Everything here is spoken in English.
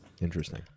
Interesting